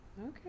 Okay